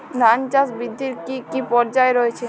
ধান চাষ বৃদ্ধির কী কী পর্যায় রয়েছে?